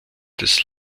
des